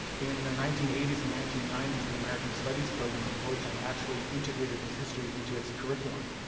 in the nineteen eighty s and nineteen ninety s, the american studies program at georgetown actually integrated this history into its curriculum.